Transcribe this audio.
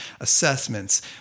assessments